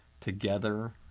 Together